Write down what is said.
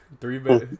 three